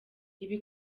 ibi